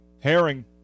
Herring